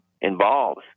involves